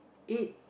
ate